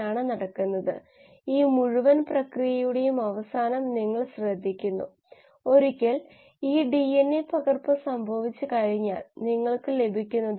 സാധാരണ ജീവികളിൽ നിന്നുള്ള പി ഇ പി കാർബോക്സൈലേസ് ഒരു കർക്കശമായ നോഡിലേക്ക് നയിക്കുന്നു അതേസമയം സ്യൂഡോമോണസിൽ നിന്നുള്ള P E P carboxylase enzyme സഹായകരമാണ് ഇത് കാഠിന്യത്തെ തകർക്കാൻ സഹായിക്കുന്നു